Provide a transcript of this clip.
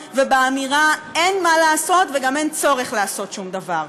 ובאמירה: אין מה לעשות וגם אין צורך לעשות שום דבר.